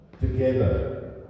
together